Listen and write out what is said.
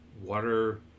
water